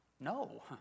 No